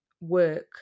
work